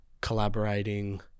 collaborating